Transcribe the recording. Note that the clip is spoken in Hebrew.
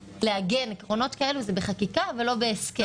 לעגן עקרונות כאלה היא בחקיקה ולא בהסכם.